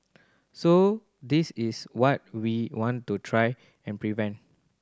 so this is what we want to try and prevent